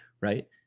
right